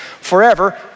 forever